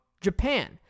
Japan